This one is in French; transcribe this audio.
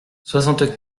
soixante